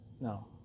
no